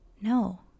No